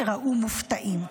תיראו מופתעים.